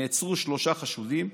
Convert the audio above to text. נעצרו שלושה חשודים,